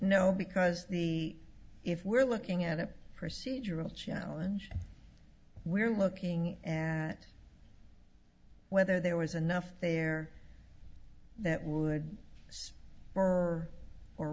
no because the if we're looking at a procedural challenge we're looking at whether there was enough there that would see more or